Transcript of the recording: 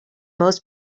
most